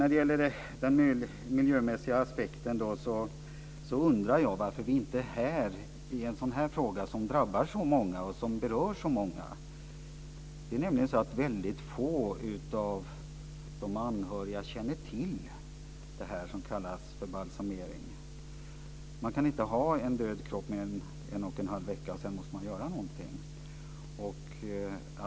När det gäller den miljömässiga aspekten vill jag peka på att detta är en fråga som berör och drabbar många människor. Väldigt få av de anhöriga känner till vad balsamering innebär. Man kan inte förvara en död kropp i mer än en och en halv vecka utan att göra någonting.